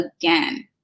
again